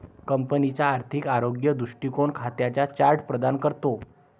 कंपनीचा आर्थिक आरोग्य दृष्टीकोन खात्यांचा चार्ट प्रदान करतो